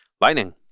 Lightning